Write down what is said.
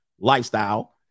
lifestyle